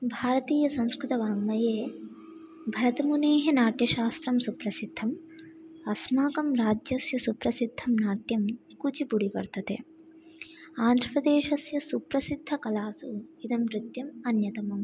भारतीयसंस्कृतवाङ्मये भरतमुनेः नाट्यशास्त्रं सुप्रसिद्धम् अस्माकं राज्यस्य सुप्रसिद्धं नाट्यं कुच्चिपुडी वर्तते आन्ध्रप्रदेशस्य सुप्रसिद्धकलासु इदं नृत्यम् अन्यतमम्